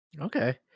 Okay